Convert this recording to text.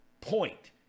point